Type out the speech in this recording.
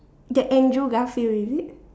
that Andrew-Garfield is it